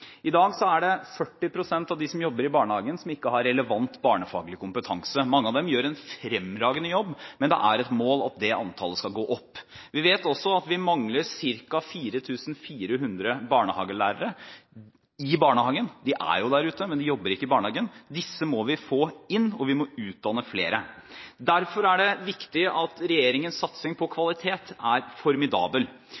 I dag er det 40 pst. av dem som jobber i barnehagen som ikke har relevant barnefaglig kompetanse. Mange av dem gjør en fremragende jobb, men det er et mål at antallet med kompetanse skal gå opp. Vi vet også at vi mangler ca. 4 400 barnehagelærere i barnehagene. De er jo der ute, men de jobber ikke i barnehagene. Disse må vi få inn, og vi må utdanne flere. Derfor er det viktig at regjeringens satsing på